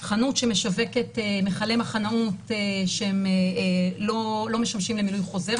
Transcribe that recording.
שמשווקת מכלי מחנאות שהם לא משמשים למילוי חוזר,